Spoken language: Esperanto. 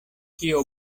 kio